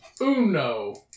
Uno